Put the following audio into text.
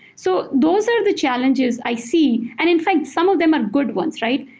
so those are the challenges i see. and in fact, some of them are good ones, right?